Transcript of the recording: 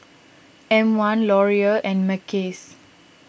M one Laurier and Mackays